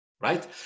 Right